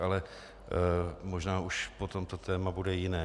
Ale možná už potom to téma bude jiné.